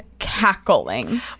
cackling